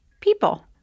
people